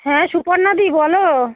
হ্যাঁ সুপর্ণা দি বলো